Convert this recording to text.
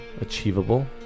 Achievable